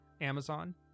Amazon